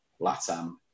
LATAM